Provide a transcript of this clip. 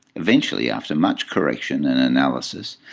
eventually, after much correction and analysis,